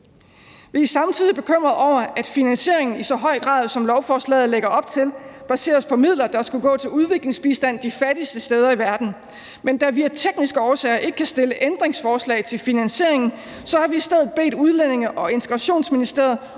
Vi er samtidig bekymrede over, at finansieringen i så høj grad, som lovforslaget lægger op til, baseres på midler, der skulle gå til udviklingsbistand de fattigste steder i verden. Men da vi af tekniske årsager ikke kan stille ændringsforslag til finansieringen, har vi i stedet bedt Udlændinge- og Integrationsministeriet